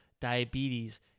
diabetes